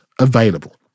available